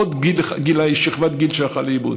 עוד שכבת גיל שהלכה לאיבוד,